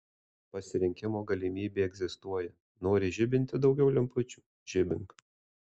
pasirinkimo galimybė egzistuoja nori žibinti daugiau lempučių žibink